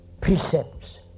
precepts